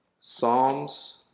Psalms